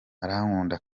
arankunda